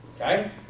Okay